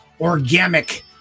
organic